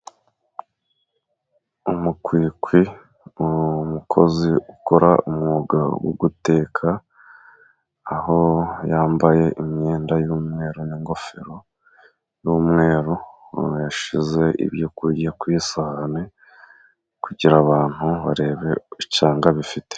Umukwikwi ni umukozi ukora umwuga wo guteka, aho yambaye imyenda y'umweru n'ingofero y'umweru. Yashize ibyo kurya ku isahani kugira ngo abantu barebabe icyanga bifite.